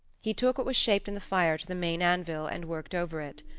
he took what was shaped in the fire to the main-anvil and worked over it.